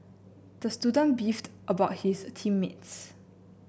the student beefed about his team mates